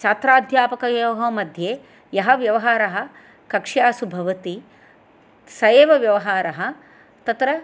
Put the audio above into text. छात्राध्यापकयोः मध्ये यः व्यवहारः कक्षासु भवति स एव व्यवहारः तत्र